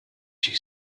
she